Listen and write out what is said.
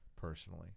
personally